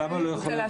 בני רוצה להשלים.